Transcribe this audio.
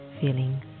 feeling